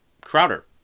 Crowder